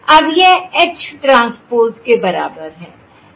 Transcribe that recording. अब यह H transpose के बराबर है